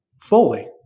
fully